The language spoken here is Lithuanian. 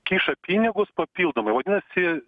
kiša pinigus papildomai vadinasi